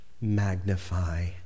magnify